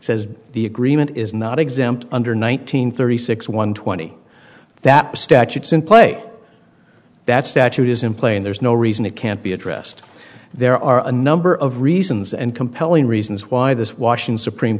says the agreement is not exempt under one nine hundred thirty six one twenty that statutes in play that statute is in play and there's no reason it can't be addressed there are a number of reasons and compelling reasons why this washing supreme